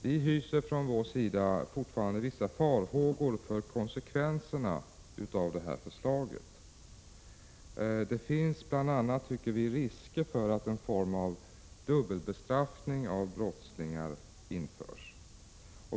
Vi hyser fortfarande vissa farhågor för konsekvenserna av det här förslaget. Det finns, tycker vi, bl.a. risker för att en form av dubbelbestraffning av brottslingar införs.